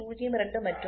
02 மற்றும் 39